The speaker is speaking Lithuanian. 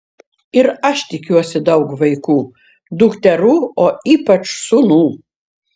ir aš tikiuosi daug vaikų dukterų o ypač sūnų